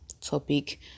topic